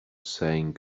saying